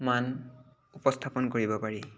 মান উপস্থাপন কৰিব পাৰি